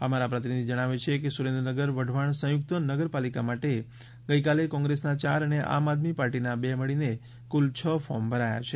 અમારા પ્રતિનિધિ જણાવે છે કે સુરેન્દ્રનગર વઢવાણ સંયુક્ત નગરપાલિકા માટે ગઇકાલે કોંગ્રેસના ચાર અને આમ આદમી પાર્ટીના બે મળીને કુલ છ ફોર્મ ભરાયા છે